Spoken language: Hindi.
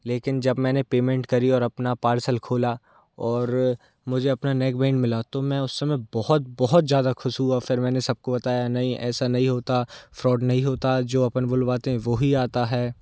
लेकिन जब मैंने पेमेंट करी और अपना पार्सल खोला और मुझे अपना नैक बैंड मिला तो मैं उस समय बहुत बहुत ज़्यादा ख़ुश हुआ फ़िर मैंने सबको बताया नहीं ऐसा नहीं होता फ्रॉड नहीं होता जो अपन बुलवाते हैं वह ही आता है